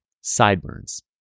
sideburns